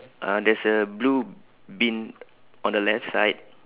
uh there's a blue bin on the left side